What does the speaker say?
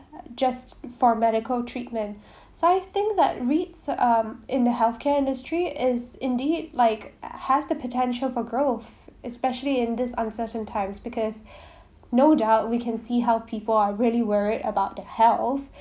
just for medical treatment so I think that REITs um in the health care industry is indeed like has the potential for growth especially in these uncertain times because no doubt we can see how people are really worried about their health